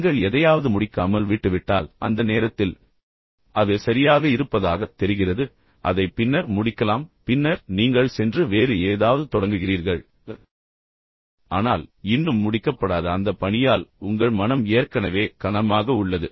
நீங்கள் எதையாவது முடிக்காமல் விட்டுவிட்டால் அந்த நேரத்தில் அது சரியாக இருப்பதாகத் தெரிகிறது அதை பின்னர் முடிக்கலாம் பின்னர் நீங்கள் சென்று வேறு ஏதாவது தொடங்குகிறீர்கள் ஆனால் இன்னும் முடிக்கப்படாத அந்த பனியால் உங்கள் மனம் ஏற்கனவே கனமாக உள்ளது